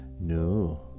no